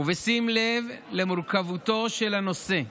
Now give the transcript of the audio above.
ובשים לב למורכבותו של הנושא,